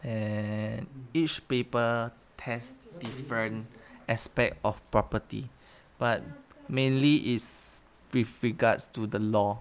and each paper test different aspect of property but mainly is with regards to the law